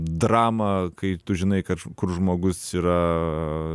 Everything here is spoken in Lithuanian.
dramą kai tu žinai kad kur žmogus yra